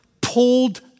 pulled